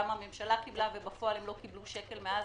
גם הממשלה קבלה אבל בפועל הם לא קבלו שקל מאז,